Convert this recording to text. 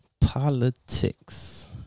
Politics